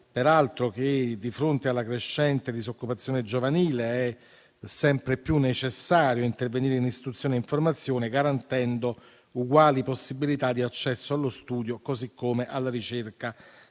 peraltro, che, di fronte alla crescente disoccupazione giovanile, sia sempre più necessario intervenire in istruzione e in formazione, garantendo uguali possibilità di accesso allo studio così come alla ricerca